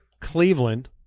Cleveland